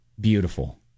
beautiful